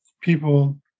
people